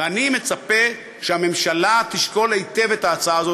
ואני מצפה שהממשלה תשקול היטב את ההצעה הזאת.